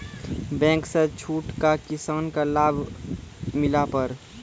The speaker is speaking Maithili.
बैंक से छूट का किसान का लाभ मिला पर?